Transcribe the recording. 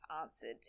answered